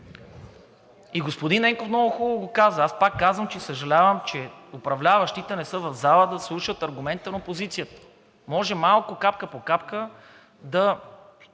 И господин Ненков много хубаво го каза. Аз пак казвам, че съжалявам, че управляващите не са в залата, за да слушат аргументите на опозицията. Може малко – капка по капка, да